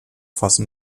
fassen